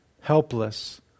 Helpless